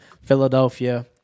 Philadelphia